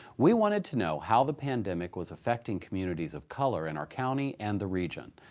we wanted to know how the pandemic was affecting communities of color in our county and the region.